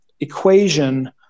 Equation